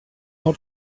how